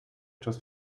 etwas